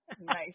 Nice